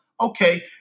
Okay